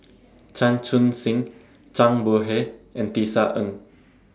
Chan Chun Sing Zhang Bohe and Tisa Ng